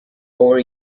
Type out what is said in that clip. over